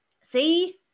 see